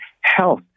health